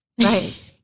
Right